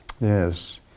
Yes